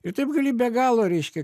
ir taip gali be galo reiškia